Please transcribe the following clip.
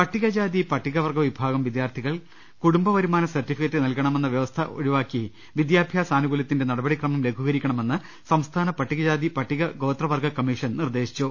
പട്ടികജാതി പട്ടികവർഗ വിഭാഗം വിദ്യാർത്ഥികൾ കുടുംബ വരു മാന സർടിഫിക്കറ്റ് നൽകണമെന്ന വ്യവസ്ഥ ഒഴിവാക്കി വിദ്യാഭ്യാസ ആനുകൂല്യത്തിന്റെ നടപടിക്രമം ലഘൂകരിക്കണമെന്ന് സംസ്ഥാന പട്ടികജാതി പട്ടികഗോത്ര വർഗ കമ്മീഷൻ നിർദേശിച്ചു